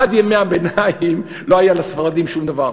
עד ימי-הביניים לא היה לספרדים שום דבר.